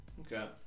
Okay